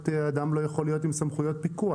אדם לא יכול להיות עם סמכויות פיקוח?